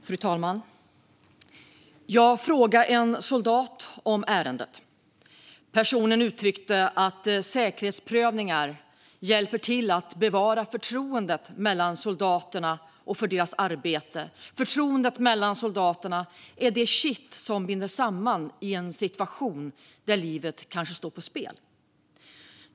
Fru talman! Jag frågade en soldat om ärendet. Personen uttryckte att säkerhetsprövningar hjälper till att bevara förtroendet mellan soldaterna och för deras arbete. Förtroendet mellan soldaterna är det kitt som binder samman i en situation där livet kanske står på spel.